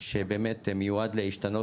שבאמת מיועד להשתנות.